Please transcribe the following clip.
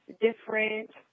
different